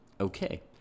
Okay